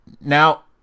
Now